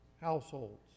households